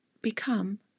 become